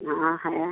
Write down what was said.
हाँ है